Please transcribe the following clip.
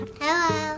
Hello